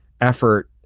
effort